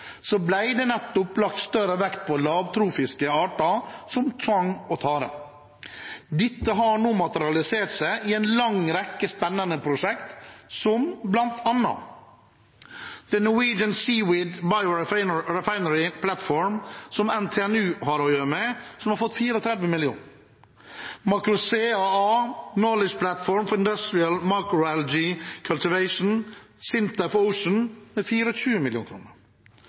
det lagt større vekt på nettopp lavtrofiske arter som tang og tare. Dette har nå materialisert seg i en lang rekke spennende prosjekter: The Norwegian Seaweed Biorefinery Platform, som NTNU har å gjøre med, har fått 34 mill. kr MACROSEA – A knowledge platform for industrial macroalgae cultivation,